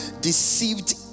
deceived